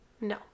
No